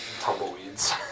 tumbleweeds